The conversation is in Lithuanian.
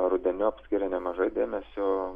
rudeniop skiria nemažai dėmesio